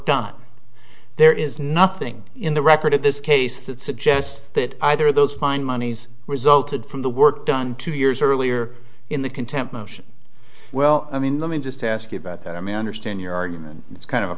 done there is nothing in the record of this case that suggests that either of those fine monies resulted from the work done two years earlier in the contempt motion well i mean let me just ask you about that i mean i understand your argument is kind of a